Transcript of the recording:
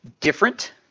different